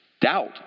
Doubt